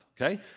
okay